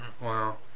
Wow